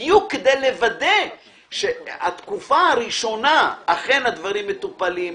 בדיוק כדי לוודא שבתקופה הראשונה אכן הדברים מטופלים ומתוקנים.